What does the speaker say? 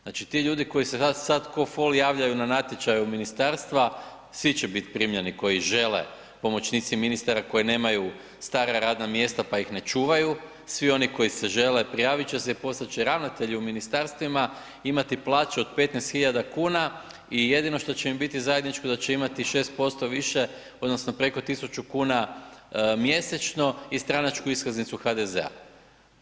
Znači ti ljudi koji se sad kao fol javljaju na natječaje u ministarstva, svi će biti primljeni koji žele pomoćnici ministara koji nemaju stara radna mjesta pa ih ne čuvaju, svi oni koji se žele, prijaviti će se i postat će ravnatelji u ministarstvima, imati plaće od 15 hiljada kuna i jedino što će im biti zajedničko da će imati 6% više, odnosno preko 1000 kuna mjesečno i stranačku iskaznicu HDZ-a.